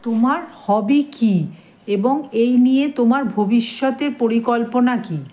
তোমার হবি কী এবং এই নিয়ে তোমার ভবিষ্যতে পরিকল্পনা কী